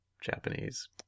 Japanese